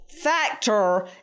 factor